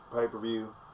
pay-per-view